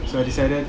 so I decided